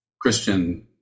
Christian